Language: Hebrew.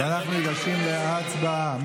אנחנו ניגשים להצבעה.